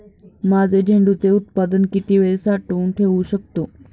माझे झेंडूचे उत्पादन किती वेळ साठवून ठेवू शकतो?